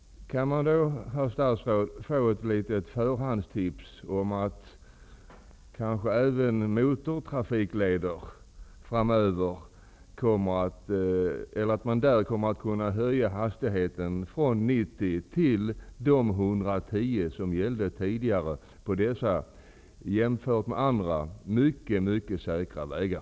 Går det att få ett förhandstips om att hastighetsgränsen på motortrafikleder skall höjas från 90 till de 110 som gällde tidigare på dessa jämfört med andra mycket säkra vägar?